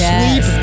Sleep